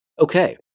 Okay